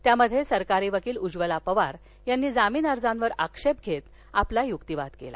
त्यामध्ये सरकारी वकील उज्ज्वला पवार यांनी जामीन अर्जांवर आक्षेप घेत आपला युक्तिवाद केला